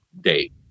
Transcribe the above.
date